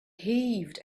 heaved